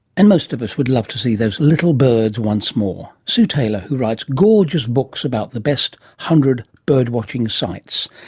and most of us would love to see those little birds once more. sue taylor, who writes gorgeous books about the best one hundred birdwatching sites,